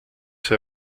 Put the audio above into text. see